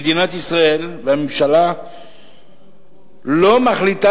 מדינת ישראל והממשלה לא מחליטות